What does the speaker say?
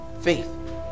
faith